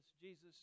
Jesus